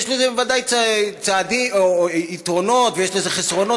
יש לזה בוודאי יתרונות ויש לזה חסרונות,